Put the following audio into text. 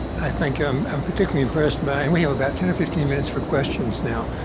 i thank you. i'm and particularly impressed by and we have about ten or fifteen minutes for questions now.